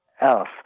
else